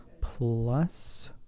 plus